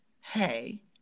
Hey